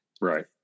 Right